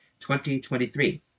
2023